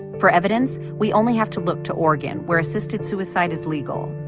for evidence, we only have to look to oregon where assisted suicide is legal.